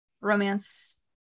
romance